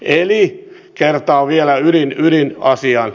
eli kertaan vielä ydinasian